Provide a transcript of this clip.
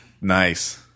Nice